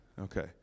okay